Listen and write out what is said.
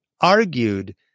argued